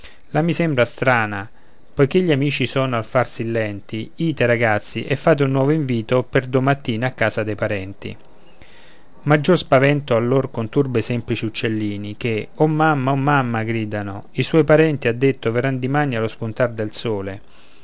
la mi sembra strana poiché gli amici sono al far sì lenti ite ragazzi e fate un nuovo invito per domattina a casa dei parenti maggior spavento allor conturba i semplici uccellini che o mamma o mamma gridano i suoi parenti ha detto verran dimani allo spuntar del sole